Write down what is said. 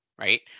Right